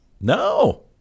No